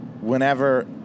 whenever